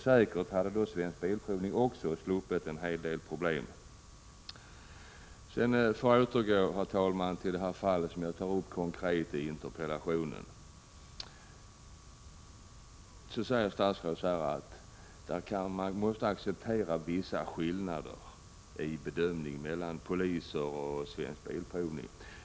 Säkert hade också Svensk Bilprovning sluppit en hel del problem. Jag återgår till det fall jag tog upp konkret i interpellationen. Statsrådet säger i det sammanhanget att man måste acceptera vissa skillnader i bedömning mellan polisen och Svensk Bilprovning.